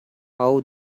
how